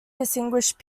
distinguished